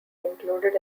included